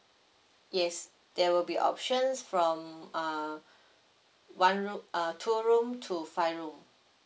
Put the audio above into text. yes there will be options from uh one room uh two room to five room